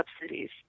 subsidies